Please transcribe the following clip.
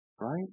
right